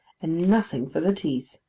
and nothing for the teeth.